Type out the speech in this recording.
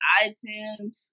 itunes